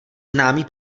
známý